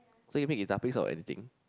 so you make guitar pick out of anything